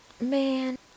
Man